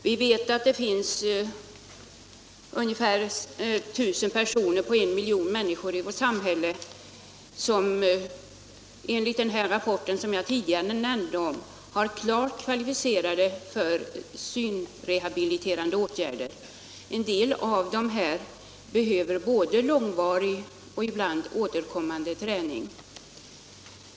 Vi vet att det finns ungefär 1000 personer på en miljon människor i vårt samhälle som enligt den rapport jag tidigare nämnde är klart kvalificerade för synrehabiliterande åtgärder. En del av dessa behöver både långvarig träning och ibland återkommande träning.